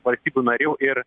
valstybių narių ir